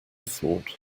thought